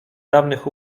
dawnych